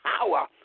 power